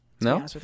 No